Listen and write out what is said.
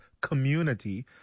community